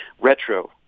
retro